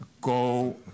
go